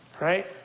right